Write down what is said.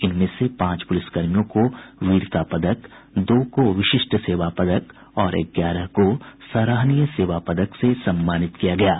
इनमें से पांच पुलिस कर्मियों को वीरता पदक दो को विशिष्ट सेवा पदक और ग्यारह को सराहनीय सेवा पदक से सम्मानित किया गया है